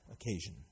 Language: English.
occasion